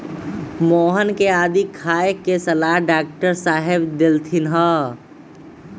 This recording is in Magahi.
मोहन के आदी खाए के सलाह डॉक्टर साहेब देलथिन ह